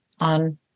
on